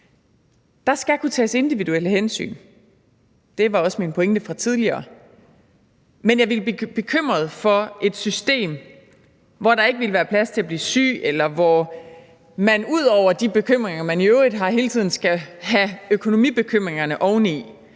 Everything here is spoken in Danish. Der skal kunne tages individuelle hensyn, det var også min pointe fra tidligere, men jeg ville blive bekymret for et system, hvor der ikke ville være plads til at blive syg, eller hvor man ud over de bekymringer, man i øvrigt hele tiden har, skal have økonomibekymringerne oven i.